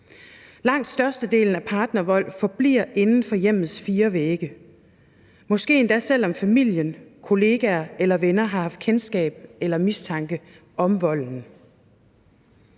Langt størstedelen af partnervold forbliver inden for hjemmets fire vægge, måske endda selv om familien, kollegaer eller venner har haft kendskab til eller mistanke om volden.